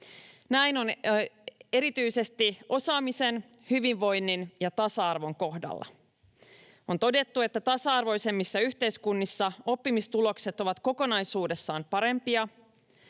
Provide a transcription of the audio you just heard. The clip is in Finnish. Näin on erityisesti osaamisen, hyvinvoinnin ja tasa-arvon kohdalla. On todettu, että tasa-arvoisemmissa yhteiskunnissa oppimistulokset ovat kokonaisuudessaan parempia.